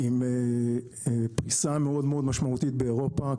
עם פריסה מאוד מאוד משמעותית באירופה.